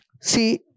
See